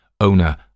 owner